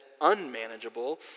unmanageable